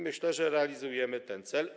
Myślę, że realizujemy ten cel.